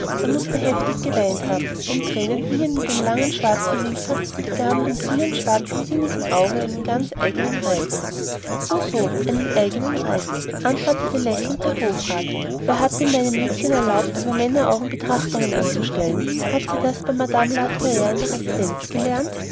er mußte heftig geweint haben denn tränen hingen in den langen schwarzen wimpern und gaben dem glühendschwarzen sinnigen auge einen ganz eigenen reiz so so einen ganz eigenen reiz antwortete lächelnd der hofrat wer hat denn meinem mädchen erlaubt über männeraugen betrachtungen anzustellen hat sie das auch bei madame la truiaire in der residenz gelernt